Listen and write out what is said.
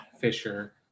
Fisher